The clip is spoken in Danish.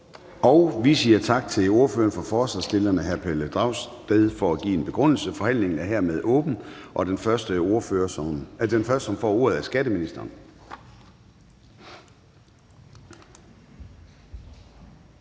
Vi siger tak til ordføreren for forslagsstillerne, hr. Pelle Dragsted, for at give en begrundelse. Forhandlingen er hermed åbnet, og den første, som får ordet, er skatteministeren.